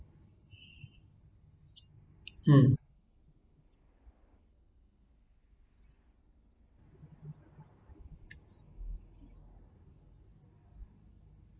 um